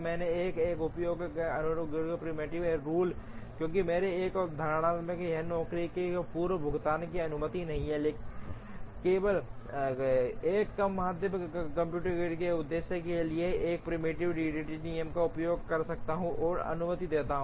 तब मैं ए का उपयोग नहीं करूंगा प्रीमेप्टिव रूल क्योंकि मेरी एक धारणा यह है कि नौकरी से पूर्व भुगतान की अनुमति नहीं है केवल एक कम बाध्य कंप्यूटिंग के उद्देश्य के लिए मैं एक प्रीडेप्टिव ईडीडी नियम का उपयोग कर सकता हूं और अनुमति देना